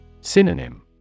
Synonym